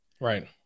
Right